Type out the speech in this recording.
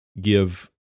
give